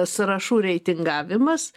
sąrašų reitingavimas